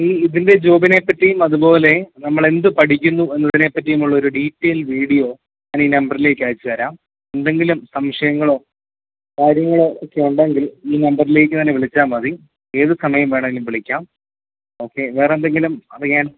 ഈ ഇതിൻറെ ജോബിനെപറ്റിയും അതുപോലെ നമ്മളെന്തു പഠിക്കുന്നു എന്നുള്ളതിനെപ്പറ്റിയും ഉള്ളൊരു ഡീറ്റൈൽ വീഡിയോ ഞാനീ നമ്പറിലേയ്ക്ക് അയച്ചുതരാം എന്തെങ്കിലും സംശയങ്ങളോ കാര്യങ്ങളോ ഒക്കെയുണ്ടെങ്കിൽ ഈ നമ്പറിലേയ്ക്ക് തന്നെ വിളിച്ചാൽ മതി ഏതുസമയം വേണേലും വിളിക്കാം ഓക്കെ വേറെന്തെങ്കിലും അറിയാൻ